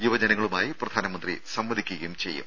യുവജനങ്ങളുമായി പ്രധാനമന്ത്രി സംവദിക്കുകയും ചെയ്യും